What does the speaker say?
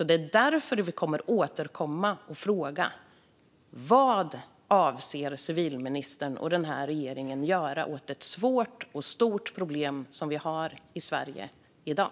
Det är därför vi kommer att återkomma och fråga: Vad avser civilministern och den här regeringen att göra åt detta svåra och stora problem som vi har i Sverige i dag?